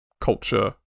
culture